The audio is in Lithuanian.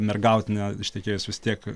mergautine ištekėjus vis tiek